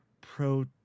pro